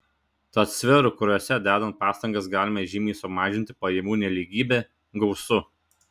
tad sferų kuriose dedant pastangas galima žymiai sumažinti pajamų nelygybę gausu